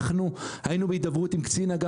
אנחנו היינו בהידברות עם קצין אג"ם